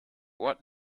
ort